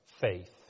faith